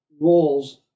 roles